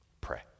pray